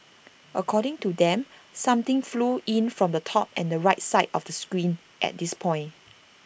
according to them something flew in from the top and the right side of the screen at this point